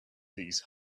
these